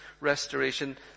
restoration